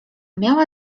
miała